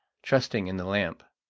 trusting in the lamp.